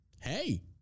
Hey